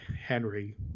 Henry